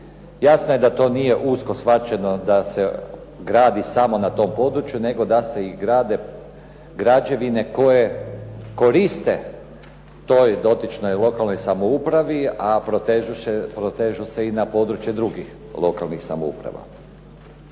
Jasno da to nije usko shvaćeno da se gradi samo na tom području, nego da se i grade građevine koje koriste toj dotičnoj lokalnoj samoupravi, a protežu se i na područje drugih lokalnih samouprava.